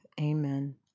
Amen